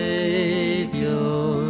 Savior